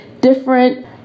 different